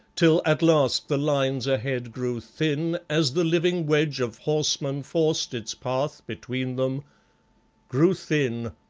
till at last the lines ahead grew thin as the living wedge of horsemen forced its path between them grew thin,